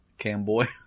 camboy